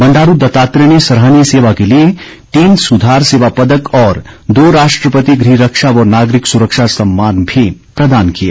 बंडारू दत्तात्रेय ने सराहनीय सेवा के लिए तीन सुधार सेवा पदक और दो राष्ट्रपति गृहरक्षा व नागरिक सुरक्षा सम्मान भी प्रदान किए